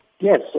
Yes